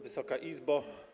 Wysoka Izbo!